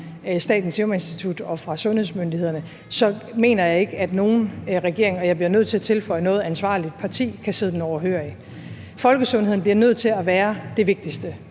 Statens Serum Institut og fra sundhedsmyndighederne, så mener jeg ikke, at nogen regering, og jeg bliver nødt til at tilføje heller ikke noget ansvarligt parti, kan sidde den overhørig. Folkesundheden bliver nødt til at være det vigtigste.